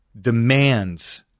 demands